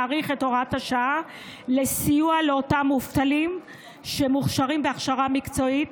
להאריך את הוראת השעה לסיוע לאותם מובטלים שמוכשרים בהכשרה מקצועית,